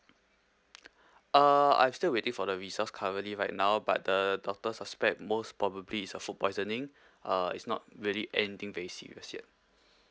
uh I'm still waiting for the results currently right now but the doctor suspect most probably is a food poisoning uh is not really anything very serious yet